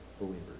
believers